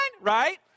Right